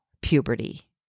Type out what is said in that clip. puberty